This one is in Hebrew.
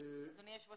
אדוני היושב ראש,